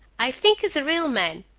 i think he's a real man.